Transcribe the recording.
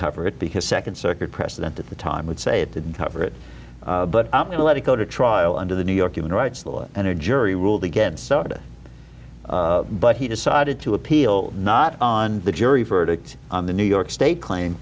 cover it because second circuit precedent at the time would say it didn't cover it but let it go to trial under the new york human rights lawyer and a jury ruled against soda but he decided to appeal not on the jury verdict on the new york state claim